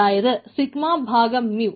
അതായത് സിഗ്മ ഭാഗം മ്യൂ